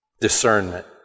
discernment